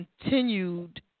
continued